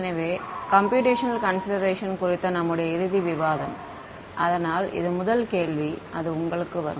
எனவே computational consideration குறித்த நம்முடைய இறுதி விவாதம் அதனால் இது முதல் கேள்வி அது உங்களுக்கு வரும்